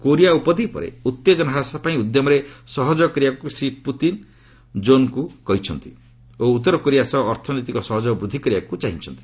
Korea ଉପଦ୍ୱୀପରେ ଉତ୍ତେଜନା ହ୍ରାସ ପାଇଁ ଉଦ୍ୟମରେ ସହଯୋଗ କରିବାକୁ ଶ୍ରୀ ପୁତିନ୍ କିମ୍ ଜୋଙ୍ଗ୍ ଉନ୍ଙ୍କୁ କହିଛନ୍ତି ଓ ଉତ୍ତର କୋରିଆ ସହ ଅର୍ଥନୈତିକ ସହଯୋଗ ବୃଦ୍ଧି କରିବାକୁ ଚାହିଁଛନ୍ତି